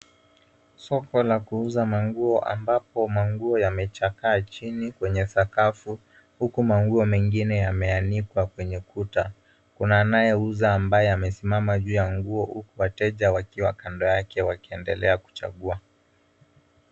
Soko la kuuza manguo ambapo manguo yamechakaa chini kwenye sakafu huku manguo mengine yameanikwa kwenye kuta. Kuna anayeuza ambaye amesimama juu ya nguo huku wateja wakiwa kando yake wakiendelea kuchagua.